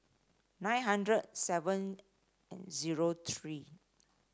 nine hundred seven zero three